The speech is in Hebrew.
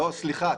סליחה,